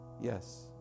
Yes